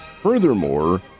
Furthermore